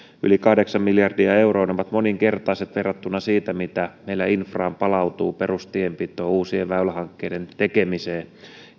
yli kahdeksan miljardia euroa ovat moninkertaiset verrattuna siihen mitä meillä infraan palautuu perustienpitoon uusien väylähankkeiden tekemiseen